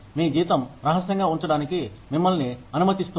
మీ జీతం రహస్యంగా ఉంచడానికి మిమ్మల్ని అనుమతిస్తుంది